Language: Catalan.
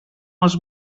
els